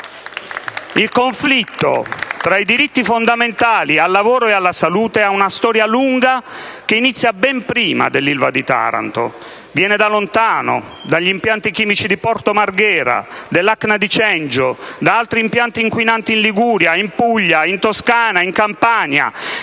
Il conflitto tra i diritti fondamentali al lavoro e alla salute ha una storia lunga, che inizia ben prima dell'Ilva di Taranto. Viene da lontano, dagli impianti chimici di Porto Marghera, dall'ACNA di Cengio, da altri impianti inquinanti in Liguria, in Puglia, in Toscana, in Campania.